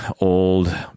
old